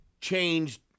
changed